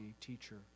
teacher